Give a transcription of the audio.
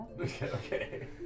Okay